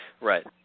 Right